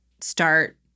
start